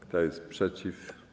Kto jest przeciw?